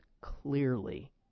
clearly